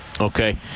okay